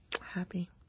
happy